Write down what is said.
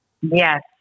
Yes